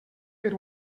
per